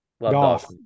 Golf